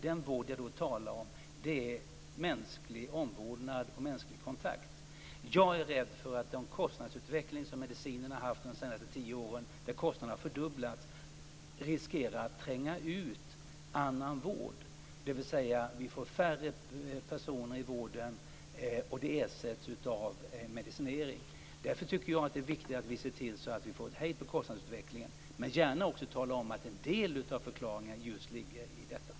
Den vård jag talar om är mänsklig omvårdnad och mänsklig kontakt. Jag är rädd för att den fördubblade kostnadsutvecklingen för mediciner de senaste tio åren riskerar att tränga ut annan vård. Färre personer i vården ersätts med medicinering. Det är viktigt att se till att det blir hejd på kostnadsutvecklingen, men vi skall gärna förklara att en del av utvecklingen ligger i det sagda.